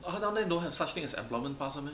orh 他 down there no such thing as employment pass [one] meh